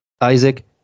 Isaac